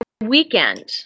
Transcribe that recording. weekend